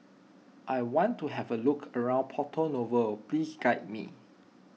I want to have a look around Porto Novo please guide me